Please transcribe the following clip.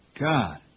God